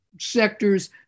sectors